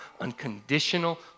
unconditional